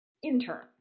intern